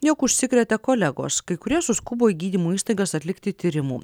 jog užsikrėtė kolegos kai kurie suskubo į gydymo įstaigas atlikti tyrimų